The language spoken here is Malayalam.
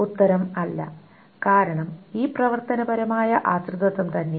ഉത്തരം അല്ല കാരണം ഈ പ്രവർത്തനപരമായ ആശ്രിതത്വം തന്നെ